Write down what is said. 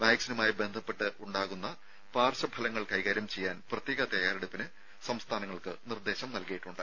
വാക്സിനുമായി ബന്ധപ്പെട്ട് ഉണ്ടാകുന്ന പാർശ്വഫലങ്ങൾ കൈകാര്യം ചെയ്യാൻ പ്രത്യേക തയ്യാറെടുപ്പിന് സംസ്ഥാനങ്ങൾക്ക് നിർദ്ദേശം നൽകിയിട്ടുണ്ട്